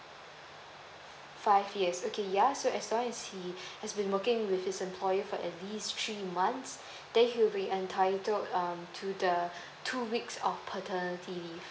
five years okay ya so as long as he has been working with his employer for at least three months then he will be entitled um to the two weeks of paternity leave